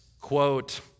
quote